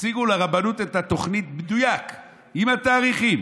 הציגו לרבנות את התוכנית במדויק עם התאריכים,